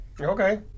Okay